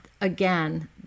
again